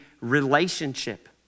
relationship